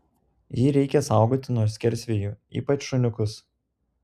jį reikia saugoti nuo skersvėjų ypač šuniukus